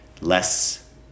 less